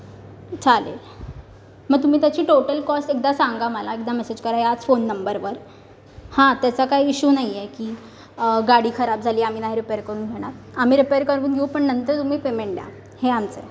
चालेल मग तुम्ही त्याची टोटल कॉस्ट एकदा सांगा मला एकदा मेसेज करा याच फोन नंबरवर हां तसा काही इश्यू नाही आहे की गाडी खराब झाली आम्ही नाही रीपेअर करवून घेणार आम्ही रीप्पेयर करवून घेऊ पण नंतर तुम्ही पेमेंट द्या हे आमचं आहे